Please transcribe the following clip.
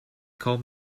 called